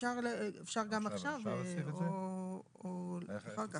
אפשר גם עכשיו או אחר כך.